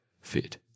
fit